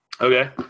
okay